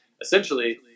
essentially